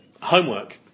Homework